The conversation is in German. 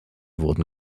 wurden